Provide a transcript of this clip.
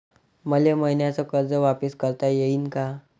मले मईन्याचं कर्ज वापिस करता येईन का?